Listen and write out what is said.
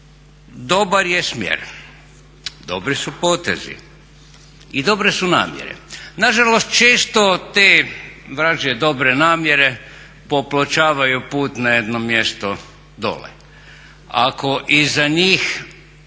Dobar je smjer. Dobri su potezi i dobre su namjere. Nažalost često te vražje dobre namjere popločavaju put na jedno mjesto dole ako iza njih